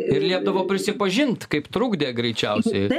ir liepdavo prisipažint kaip trukdė greičiausiai